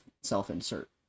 self-insert